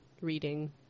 reading